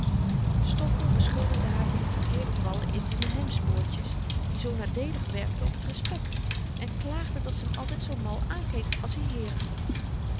stoffel beschuldigde haar van dien verkeerden val in z'n hemdsboordjes die zoo nadeelig werkte op t respekt en klaagde dat ze hem altyd zoo mal aankeek als i heeren had